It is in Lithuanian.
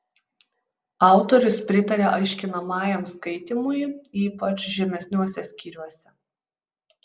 autorius pritaria aiškinamajam skaitymui ypač žemesniuose skyriuose